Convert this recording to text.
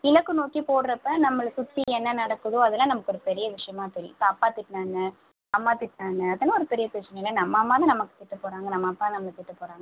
இலக்கு நோக்கி போகிறப்ப நம்மளை சுத்தி என்ன நடக்குதோ அதலாம் நமக்கு ஒரு பெரிய விஷயமாக தெரியும் இப்போ அப்பா திட்டினாங்க அம்மா திட்டினாங்க அதல்லாம் ஒரு பெரிய பிரச்சனை இல்லை நம்ம அம்மாதானே நம்மை திட்டப்போகிறாங்க நம்ம அப்பா நம்மை திட்டப்போகிறாங்க